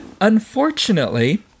Unfortunately